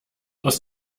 aus